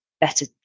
better